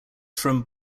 from